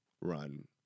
run